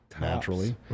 naturally